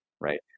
right